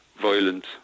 violent